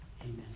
amen